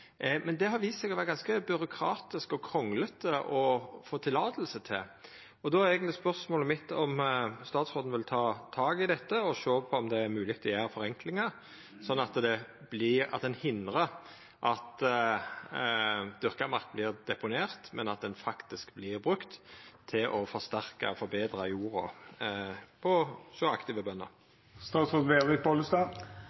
men det har vist seg å vera ganske byråkratisk og kranglete å få tillating. Då er spørsmålet mitt om statsråden vil ta tak i dette og sjå på om det er mogleg å gjera forenklingar, slik at ein hindrar at dyrka mark vert deponert, men faktisk vert brukt til å forsterka og forbetra jorda for aktive